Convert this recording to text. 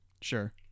sure